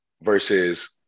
versus